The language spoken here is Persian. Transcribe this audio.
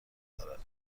دارد